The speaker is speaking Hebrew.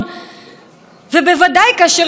שפוגעים בעקרונות היסוד של הדמוקרטיה.